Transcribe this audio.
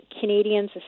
Canadians